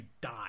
die